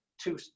two